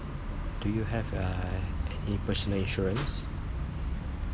do you have uh any personal insurance